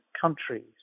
countries